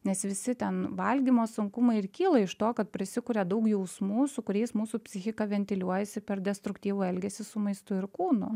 nes visi ten valgymo sunkumai ir kyla iš to kad prisikuria daug jausmų su kuriais mūsų psichika ventiliuojasi per destruktyvų elgesį su maistu ir kūnu